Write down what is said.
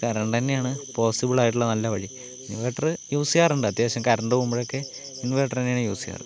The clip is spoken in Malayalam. കറണ്ട് തന്നെയാണ് പോസ്സിബിൾ ആയിട്ടുള്ള നല്ല വഴി ഇൻവെർട്ടർ യൂസ് ചെയ്യാറുണ്ട് അത്യാവശ്യം കറണ്ട് പോകുമ്പോഴൊക്കെ ഇൻവെർട്ടർ തന്നെയാണ് യൂസ് ചെയ്യാറ്